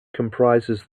comprises